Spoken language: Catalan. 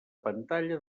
pantalla